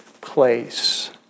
place